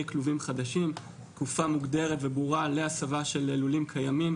כלובים חדשים תקופה מוגדרת וברורה להסבה של לולים קיימים